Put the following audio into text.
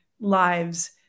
lives